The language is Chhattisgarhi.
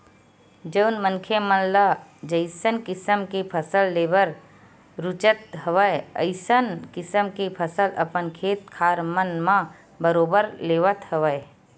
जउन मनखे मन ल जइसन किसम के फसल लेबर रुचत हवय अइसन किसम के फसल अपन खेत खार मन म बरोबर लेवत हवय